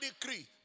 decree